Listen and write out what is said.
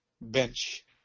bench